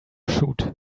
shoot